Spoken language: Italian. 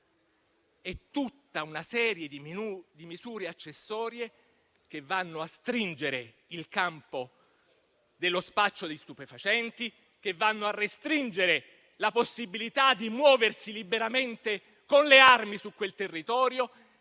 È tutta una serie di misure accessorie che vanno a stringere il campo dello spaccio di stupefacenti, restringendo la possibilità di muoversi liberamente con le armi su quel territorio